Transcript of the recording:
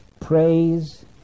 praise